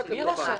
אין מדרג.